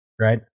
right